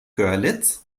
görlitz